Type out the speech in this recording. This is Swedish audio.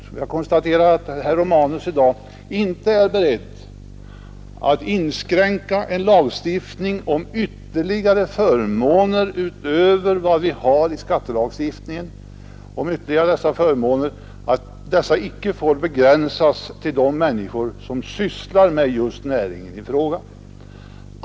Jag konstaterar att herr Romanus i dag inte är beredd att inskränka en lagstiftning om speciella förmåner, utöver vad skattelagstiftningen medger, till att avse just dem som sysslar inom näringen i fråga.